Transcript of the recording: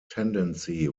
tendency